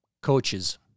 coaches